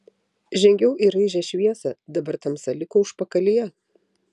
žengiau į raižią šviesą dabar tamsa liko užpakalyje